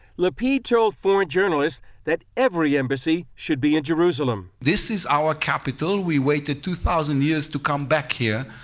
lipid told foreign journalists that every embassy should be in jerusalem. this is our capital. we waited two thousand years to come back here.